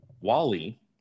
Wally